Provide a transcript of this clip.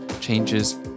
changes